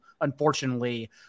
unfortunately